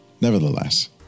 Nevertheless